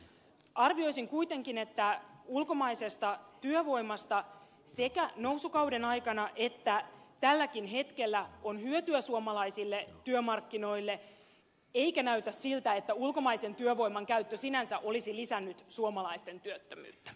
arvioisin kuitenkin että ulkomaisesta työvoimasta sekä nousukauden aikana että tälläkin hetkellä on hyötyä suomalaisille työmarkkinoille eikä näytä siltä että ulkomaisen työvoiman käyttö sinänsä olisi lisännyt suomalaisten työttömyyttä